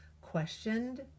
questioned